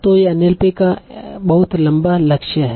तो यह एनएलपी का बहुत लम्बा लक्ष्य है